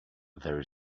there